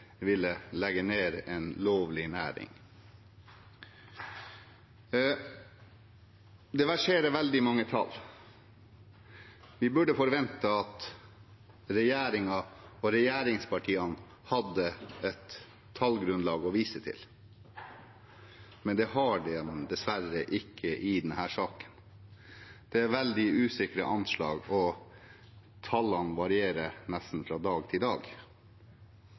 ville legge ned en lovlig næring. Det verserer veldig mange tall. Vi burde forvente at regjeringen og regjeringspartiene hadde et tallgrunnlag å vise til, men det har de dessverre ikke i denne saken. Det er veldig usikre anslag, og tallene varierer nesten fra dag til dag.